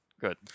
Good